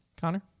Connor